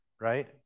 right